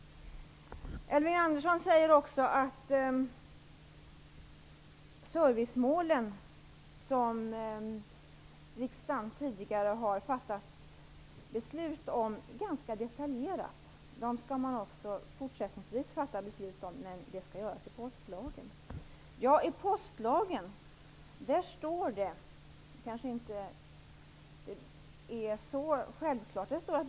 Elving Andersson säger att man också fortsättningsvis skall fatta beslut om de servicemål som riksdagen tidigare har fattat ganska detaljerade beslut om, men att det skall göras i postlagen. I postlagen står det att brev och paket skall nå alla oavsett adressort. Det kanske inte är så självklart.